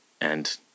and-